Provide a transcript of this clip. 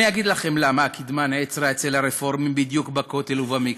אני אגיד לכם למה הקדמה נעצרה אצל הרפורמים בדיוק בכותל ובמקווה,